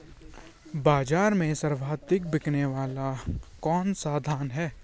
बाज़ार में सर्वाधिक बिकने वाला कौनसा धान है?